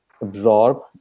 absorb